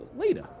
Later